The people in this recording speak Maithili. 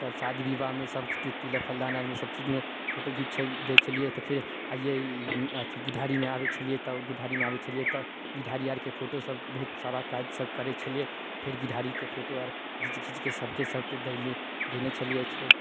तऽ शादी विवाहमे सभ तिलक फलदान आरमे सभ चीजमे फोटो घीच दै छलियै तऽ फेर अइए अथि घीढ़ारीमे आबय छलियै तऽ घीढ़ारीमे आबय छलियै तऽ घीढ़ारी आरके फोटो सभ बहुत सारा काज सभ करय छलियै फेर घीढ़ारीके फोटो आर घिच घीचके सभके सभके देली देने छलियै छै